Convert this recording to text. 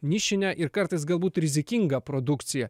nišinę ir kartais galbūt rizikingą produkciją